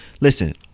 listen